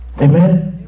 Amen